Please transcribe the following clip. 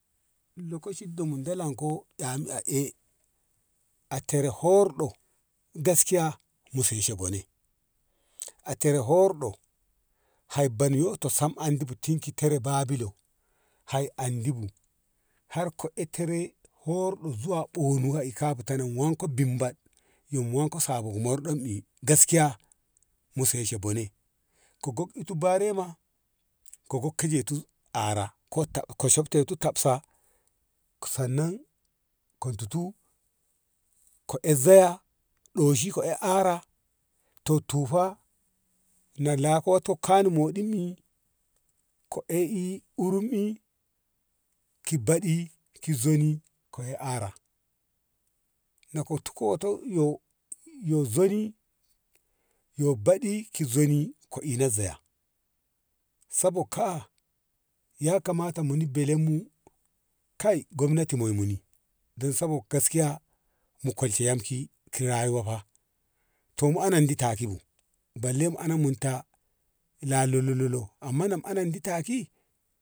lokacin da mu dalan ko dami a eh a tere howorɗo gaskiyya mu sheshe bone a tere howorɗo hai bani yoto sam hamdi bu tin ki tere babilo hai handi bu har ko eh tere howrɗo zuwa ɓonum ka i kafita nan wanko binbad yyo mu wanko sabo yi morɗom i gaskiya mu sheshi bone ka gogti barema ka gogti jeti ara ka shaptu tafasa sannan ka dutu ko e zaya ɗoshi ka e ara tufa na legtu le kano moɗinm i ka eh i urum i ki beɗi ki zoni kai ara na kot ko woto yo zoni yyo baɗi ki zoni ko ina zaya sabok ka ya kamata munim belem mu kai gobnati moi muni don sabok gaskiya mu kwalshe yyanki ki rayuwa fa to mu anam di taki bu balle mu anan mun ta la lololo amma na anamdi taki.